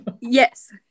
Yes